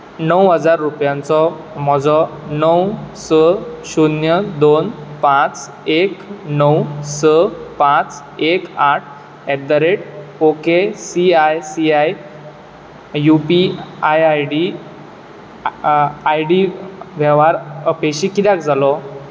णव हजार रुपयांचो म्हजो णव स शुन्य दोन पांच एक णव स पांच एक आठ at the rate O K C I C I U P I I D वेव्हार अपेशी कित्याक जालो